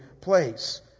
place